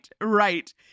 right